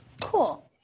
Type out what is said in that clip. Cool